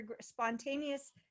spontaneous